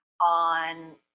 on